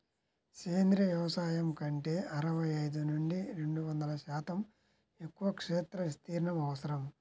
సేంద్రీయ వ్యవసాయం కంటే అరవై ఐదు నుండి రెండు వందల శాతం ఎక్కువ క్షేత్ర విస్తీర్ణం అవసరం